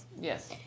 Yes